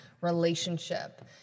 relationship